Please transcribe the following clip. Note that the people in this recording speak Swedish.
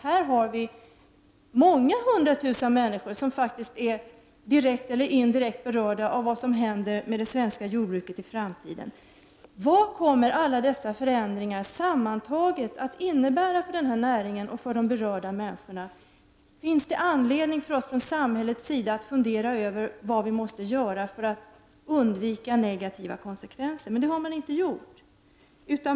Här är många hundra tusen människor faktiskt direkt eller indirekt berörda av vad som händer med det svenska jordbruket i framtiden. Vad kommer alla dessa förändringar sammantagna att innebära för denna näring och för dessa berörda människor? Finns det anledning att fundera över vad man bör göra från samhällets sida för att undvika negativa konsekvenser? Men så har man inte resonerat.